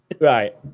Right